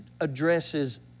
addresses